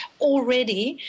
already